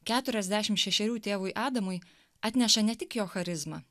keturiasdešim šešerių tėvui adamui atneša ne tik jo charizma